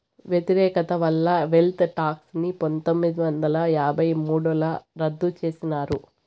వ్యతిరేకత వల్ల wealth tax ని పందొమ్మిది వందల యాభై మూడుల రద్దు చేసినారు